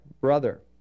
brother